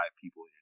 people